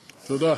תודה.